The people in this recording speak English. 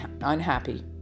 unhappy